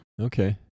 Okay